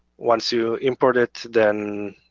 once you import it then